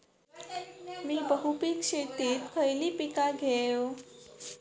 मी बहुपिक शेतीत खयली पीका घेव?